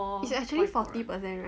it's actually forty percent right